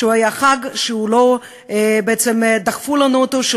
שהיה חג שבעצם לא דחפו לנו אותו,